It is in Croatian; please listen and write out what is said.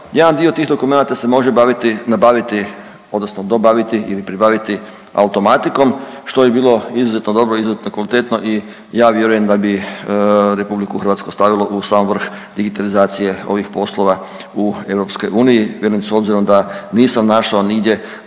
jedan dio tih dokumenata se može baviti, nabaviti odnosno dobaviti ili pribaviti automatikom što bi bilo izuzetno dobro, izuzetno kvalitetno i ja vjerujem da bi RH stavilo u sam vrh digitalizacije ovih poslova u EU. Velim s obzirom da nisam našao nigdje